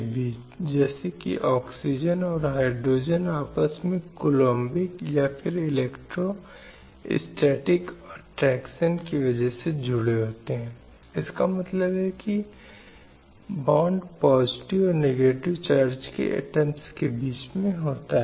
महिलाओं के खिलाफ हिंसा जोड़े में उल्लंघन करती है या महिलाओं के मानवाधिकारों का उल्लंघन करती है और महिलाओं के खिलाफ मौलिक स्वतंत्रता की उनकी लड़ाई महिलाओं के लिए एक बहुत महत्वपूर्ण और महत्वपूर्ण चिंता है